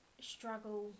struggle